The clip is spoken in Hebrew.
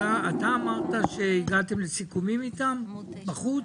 אתה אמרת שהגעתם לסיכומים איתם בחוץ?